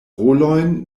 rolojn